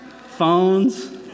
phones